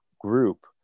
group